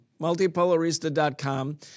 Multipolarista.com